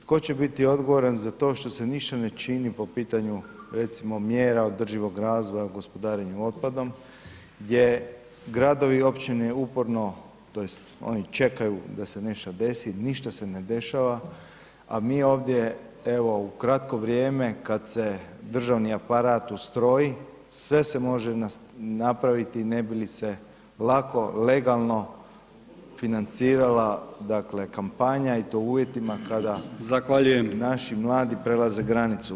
Tko će biti odgovoran za to što se ništa ne čini po pitanju, recimo, mjera održivog razvoja i gospodarenju otpadom gdje gradovi i općine uporno, tj. oni čekaju da se nešto desi, ništa se ne dešava, a mi ovdje, evo u kratko vrijeme, kad se državni aparat ustroji, sve se može napraviti ne bi li se lako, legalno financirala, dakle kampanja i to u uvjetima kada [[Upadica: Zahvaljujem.]] naši mladi prelaze granicu.